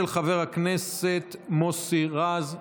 של חבר הכנסת מוסי רז.